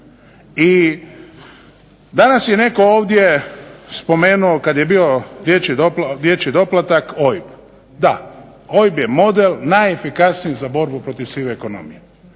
I danas je ovdje netko spomenuo kad je bio dječji doplatak OIB. Da, OIB je model najefikasniji za borbu protiv sive ekonomije.